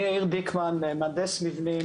אני יאיר דיקמן, מהנדס מבנים.